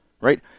right